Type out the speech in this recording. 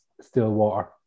Stillwater